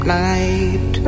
night